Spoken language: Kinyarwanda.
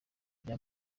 bya